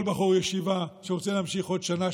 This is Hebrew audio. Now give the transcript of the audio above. כל בחור ישיבה שרוצה להמשיך עוד שנה,